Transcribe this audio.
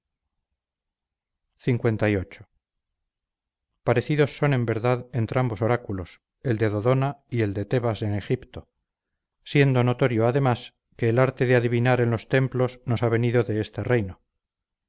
lviii parecidos son en verdad entrambos oráculos el de dodona y el de tebas en egipto siendo notorio además que el arte de adivinar en los templos nos ha venido de este reino